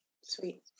Sweet